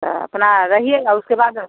तो अपना रहिएगा उसके बाद